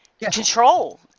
Control